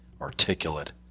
articulate